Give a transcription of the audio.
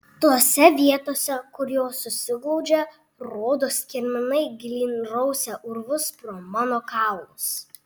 tose vietose kur jos susiglaudžia rodos kirminai gilyn rausia urvus pro mano kaulus